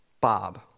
Bob